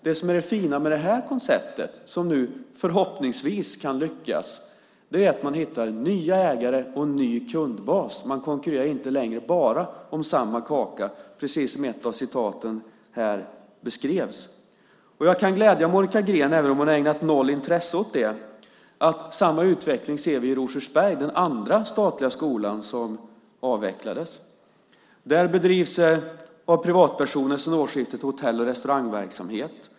Det som är det fina med det här konceptet, som nu förhoppningsvis kan lyckas, är att man hittar nya ägare och en ny kundbas. Man konkurrerar inte längre om samma kaka, precis som ett av citaten beskrev. Jag kan glädja Monica Green, även om hon har ägnat noll intresse åt det, med att samma utveckling sker i Rosersberg, den andra statliga skola som avvecklades. Där bedrivs av privatpersoner sedan årsskiftet hotell och restaurangverksamhet.